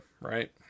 right